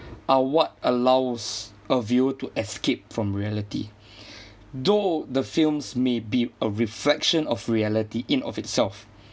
are what allows a viewer to escape from reality though the films may be a reflection of reality in of itself